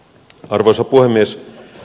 arvoisa puhemies